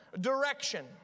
direction